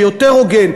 שהוא יותר הוגן.